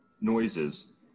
Noises